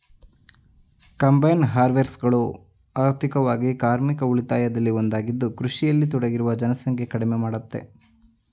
combine ಹಾರ್ವೆಸ್ಟರ್ಗಳು ಆರ್ಥಿಕವಾಗಿ ಕಾರ್ಮಿಕ ಉಳಿತಾಯದಲ್ಲಿ ಒಂದಾಗಿದ್ದು ಕೃಷಿಯಲ್ಲಿ ತೊಡಗಿರುವ ಜನಸಂಖ್ಯೆ ಕಡಿಮೆ ಮಾಡ್ತದೆ